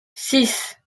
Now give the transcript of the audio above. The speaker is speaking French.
six